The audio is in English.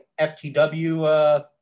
FTW